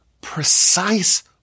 precise